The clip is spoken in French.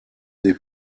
des